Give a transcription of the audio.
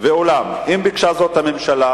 ואולם אם ביקשה זאת הממשלה,